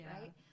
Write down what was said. right